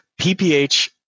PPH